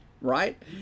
right